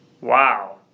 Wow